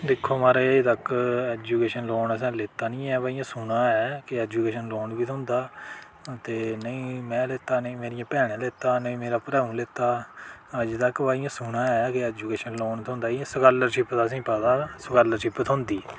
दिक्खो महाराज अजें तक ऐजूकेशन लोन असें लेता नी ऐ पर सुनेआ ऐ कि ऐजुकेशन लोन बी थ्होंदा ते नेईं में लैता नेईं मेरियें भैनें लैता नेईं मेरे भ्राऊ लैता अजें तक भई इयां सुनेआ ऐ कि ऐजूकेशन लोन थ्होंदा इयां स्कालरशिप दा अहें पता स्कालरशिप थ्होंदी